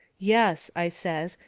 yes, i says,